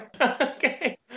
Okay